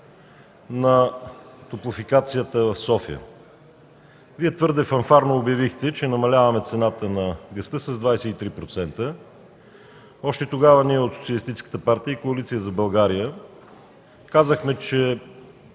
на топлофикацията в София. Вие твърде фанфарно обявихте, че намаляваме цената на газта с 23%. Още тогава ние от Социалистическата